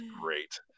great